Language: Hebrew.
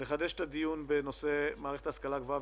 את הדיון בנושא: מערכת ההשכלה הגבוהה